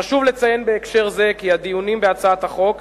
חשוב לציין בהקשר זה כי בעת הדיונים בהצעת החוק